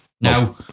Now